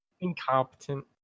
incompetent